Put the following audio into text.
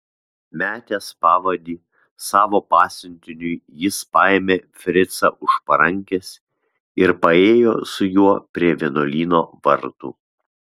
metęs pavadį savo pasiuntiniui jis paėmė fricą už parankės ir paėjo su juo prie vienuolyno vartų